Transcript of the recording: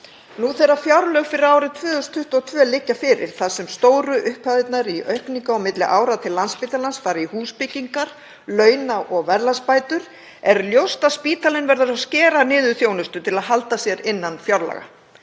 Nú þegar fjárlög fyrir árið 2022 liggja fyrir, þar sem stóru upphæðirnar í aukningu á milli ára til Landspítalans fara í húsbyggingar og launa- og verðlagsbætur, er ljóst að spítalinn verður að skera niður þjónustu til að halda sér innan fjárlaga.